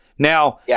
Now